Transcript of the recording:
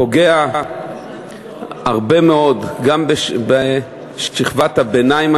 פוגע מאוד גם בשכבת הביניים,